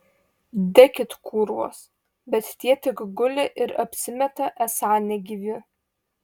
dekit kūrvos bet tie tik guli ir apsimeta esą negyvi